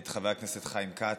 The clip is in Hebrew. את חבר הכנסת חיים כץ,